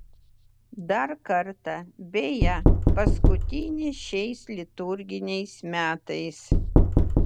dar kartą beje paskutinį šiais liturginiais metais